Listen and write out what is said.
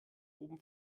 oben